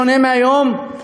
בשונה מהיום,